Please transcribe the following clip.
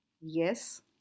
Yes